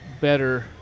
Better